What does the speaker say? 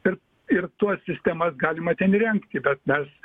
ir ir tuos sistemas galima ten įrengti bet mes